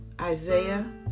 Isaiah